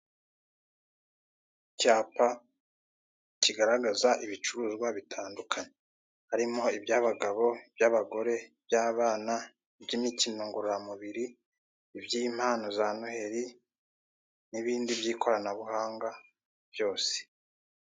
Icyapa kigaragaza ibicuruzwa bitandukanye. Harimo iby'abagabo, iby'abagore, iby'abana, iby'imikino ngororamubiri, iby'impano za noheli, n'ibindi by'ikoranabuhanga byose.